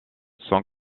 son